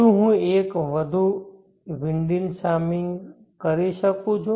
શું હું એક વધુ વિન્ડિંગ શામેલ કરી શકું છું